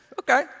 Okay